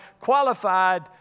qualified